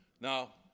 Now